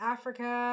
Africa